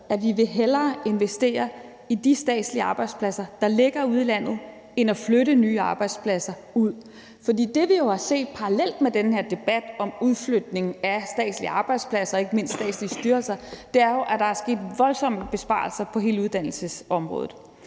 at vi hellere vil investere i de statslige arbejdspladser, der ligger ude i landet, end flytte nye arbejdspladser ud. For det, vi har set parallelt med den her debat om udflytning af statslige arbejdspladser, ikke mindst statslige styrelser, er, at der er sket voldsomme besparelser på hele uddannelsesområdet.